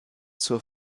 zur